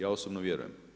Ja osobno vjerujem.